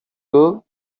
girl